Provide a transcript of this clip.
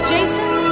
Jason